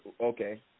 okay